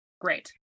Great